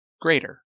greater